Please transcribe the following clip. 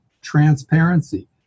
transparency